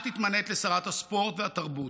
את התמנית לשרת הספורט והתרבות.